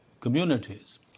communities